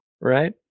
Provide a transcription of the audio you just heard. right